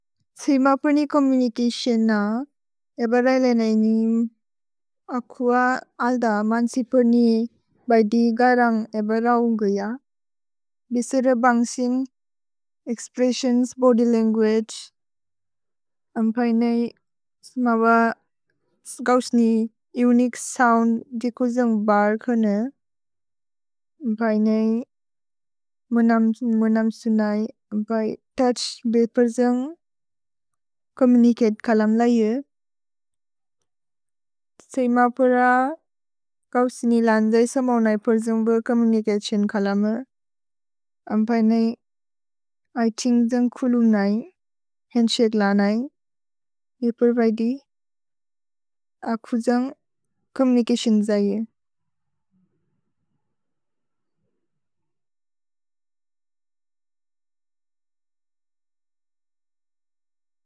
त्सेम प्रएनि कोम्मुनिकिस्ये न एब रैलेइनैनिम्। अ कुअ अल्द मान्सि प्रएनि बैदि गरन्ग् एब रौन्गुइअ। भिसेर बन्सिन् एक्स्प्रेस्सिओन्स् बोद्य् लन्गुअगे। अम्पैने स्मव स्गौस्नि इउनिक् सोउन्द् दिकुजेन्ग् बर् कोने। अम्पैने मोनम् सुनय्। अम्पैने तोउछ् बिल्पर् जन्ग् कोमुनिचते कलम् ल इए। त्सेम प्रा गौस्नि लन् जै स्मव् नै पर् जोन्ग् बर् चोम्मुनिचते सिन् कलम्। अम्पैने इतिन् जन्ग् कुलुन् नै। हन्द्शके लन् नै। इपेर् बैदि। अ कु जन्ग् चोम्मुनिचतिओन् ज इए।